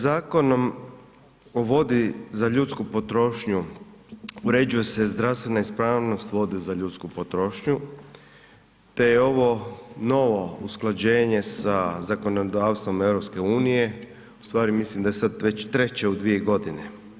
Zakonom o vodi za ljudsku potrošnju uređuje se zdravstvena ispravnost vode za ljudsku potrošnju te je ovo novo usklađenje sa zakonodavstvom EU, ustvari mislim da je sad već treće u dvije godine.